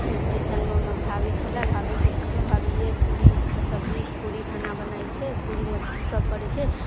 किचेनमे भाभी छलै भाभीसँ पुछलहुँ भाभी यै पूरी सब्जी पूरी कोना बनै छै पूरीमे की सब पड़ै छै